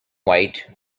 white